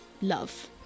love